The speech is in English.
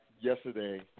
yesterday